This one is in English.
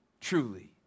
truly